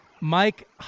Mike